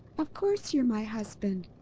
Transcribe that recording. of course you're my husband!